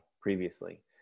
previously